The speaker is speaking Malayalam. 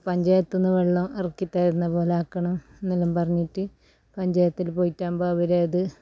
പഞ്ചായത്തു നിന്ന് വെള്ളം ഇറക്കി തന്നപോലെയാക്കണം എന്നെല്ലാം പറഞ്ഞിട്ട് പഞ്ചായത്തിൽ പോയിട്ടാകുമ്പം അവരത്